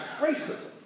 racism